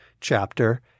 chapter